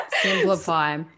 simplify